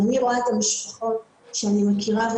אני רואה את המשפחות שאני מכירה,